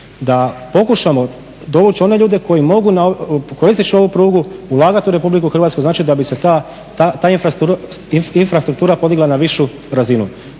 da pokušamo dovući one ljude koji mogu koristeći ovu prugu ulagati u RH, znači da bi se ta infrastruktura podigla na višu razinu.